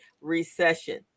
recession